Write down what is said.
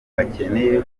bakeneye